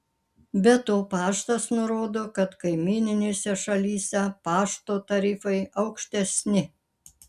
be to paštas nurodo kad kaimyninėse šalyse pašto tarifai aukštesni